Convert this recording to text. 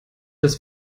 das